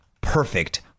perfect